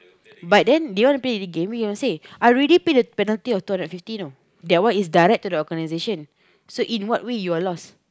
but then they want me to pay again I already pay the penalty of two hundred fifty you know that one is direct to the organisation so in what way you have lost